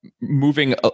moving